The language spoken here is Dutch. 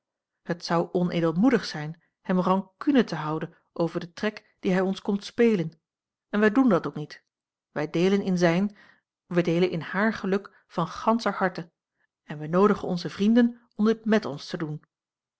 het zou onedelmoedig zijn hem rancune te houden over den trek dien hij ons komt spelen en wij doen dat ook niet wij deelen in zijn wij deelen in haar geluk van ganscher harte en wij noodigen onze vrienden om dit met ons te doen